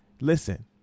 listen